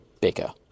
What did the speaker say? bigger